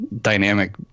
dynamic